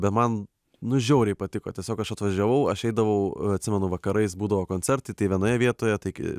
bet man nu žiauriai patiko tiesiog aš atvažiavau aš eidavau atsimenu vakarais būdavo koncertai tai vienoje vietoje taigi